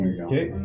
okay